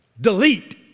delete